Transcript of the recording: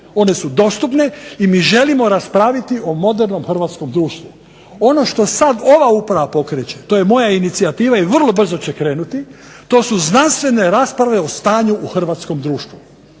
one su dostupne i mi želimo raspraviti o modernom hrvatskom društvu. Ono što sad ova uprava pokreće to je moja inicijativa i vrlo brzo će krenuti, to su znanstvene rasprave o stanju u hrvatskom društvu